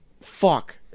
fuck